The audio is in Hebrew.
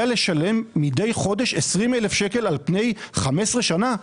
לשלם מידי חודש 20,000 שקלים על פני 15 שנה?